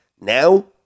Now